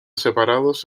separados